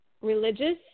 religious